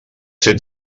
ser